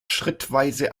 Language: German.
schrittweise